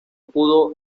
pudo